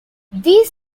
these